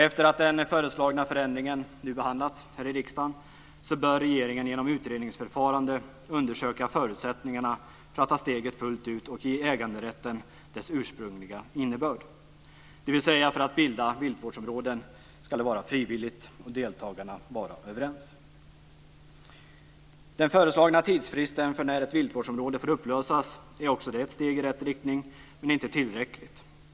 Efter att den föreslagna förändringen nu behandlats här i riksdagen, bör regeringen genom utredningsförfarande undersöka förutsättningarna att ta steget fullt ut och ge äganderätten dess ursprungliga innebörd, dvs. att det ska vara frivilligt att bilda viltvårdsområden och deltagarna ska vara överens. Den föreslagna tidsfristen för när ett viltvårdsområde får upplösas är också det ett steg i rätt riktning men inte tillräckligt.